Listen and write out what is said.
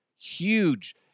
Huge